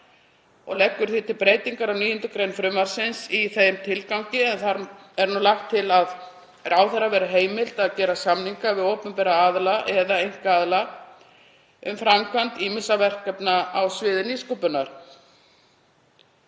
og leggur því til breytingar á 9. gr. frumvarpsins í þessum tilgangi en þar er nú lagt til að ráðherra verði heimilt að gera samninga við opinbera aðila eða einkaaðila um framkvæmd ýmissa verkefna á sviði nýsköpunar.